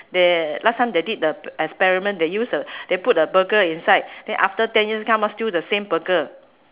there last time they did the experiment they use a they put a burger inside then after ten years come out still the same burger